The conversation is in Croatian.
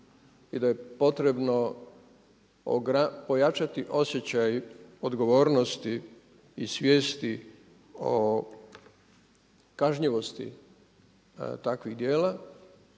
I da je potrebno pojačati osjećaj odgovornosti i svijesti o kažnjivosti takvih djela